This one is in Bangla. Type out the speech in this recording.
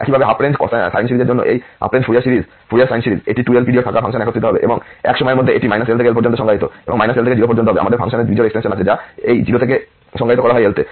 একইভাবে হাফ রেঞ্জ সাইন সিরিজের জন্য এই half range Fourier sine series এটি 2L পিরিয়ড থাকা ফাংশনে একত্রিত হবে এবং এক সময়ের মধ্যে এটি L থেকে L পর্যন্ত সংজ্ঞায়িত এবং L থেকে 0 পর্যন্ত হবে আমাদের ফাংশনের বিজোড় এক্সটেনশন আছে যা এই 0 থেকে সংজ্ঞায়িত করা হয়েছে L তে